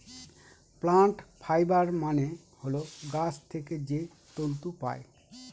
plant fibre মানে হল গাছ থেকে যে তন্তু পায়